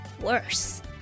worse